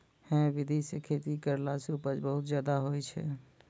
है विधि सॅ खेती करला सॅ उपज बहुत ज्यादा होय छै